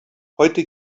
heute